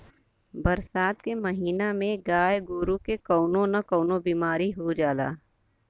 बरसात के महिना में गाय गोरु के कउनो न कउनो बिमारी हो जाला